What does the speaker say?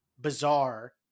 bizarre